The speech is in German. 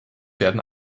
werden